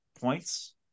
points